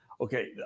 Okay